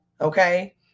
okay